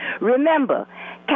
Remember